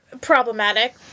problematic